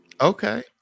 Okay